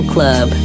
Club